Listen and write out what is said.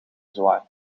zwaar